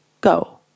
go